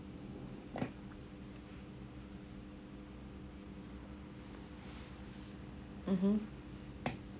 mmhmm